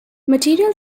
material